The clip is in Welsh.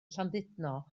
llandudno